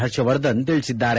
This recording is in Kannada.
ಪರ್ಷವರ್ಧನ್ ತಿಳಿಸಿದ್ದಾರೆ